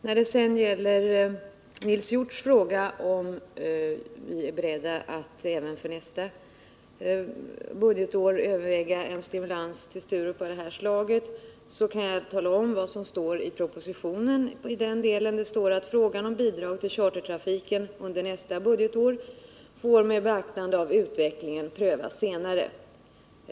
Som svar på Nils Hjorths fråga om vi är beredda att även för nästa budgetår överväga en stimulans av nuvarande slag till Sturup kan jag tala om vad som i den delen står i propositionen angående tilläggsbudget III: ”Frågan om bidrag till chartertrafiken under nästa budgetår får med beaktande av utvecklingen prövas senare.